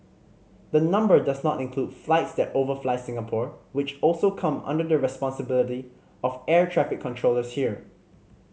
the number does not include flights that overfly Singapore which also come under the responsibility of air traffic controllers here